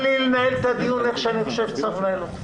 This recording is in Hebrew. תן לי לנהל את הדיון איך שאני חושב שצריך לנהל אותו.